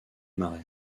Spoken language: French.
marais